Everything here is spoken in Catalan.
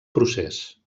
procés